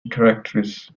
directories